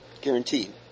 Guaranteed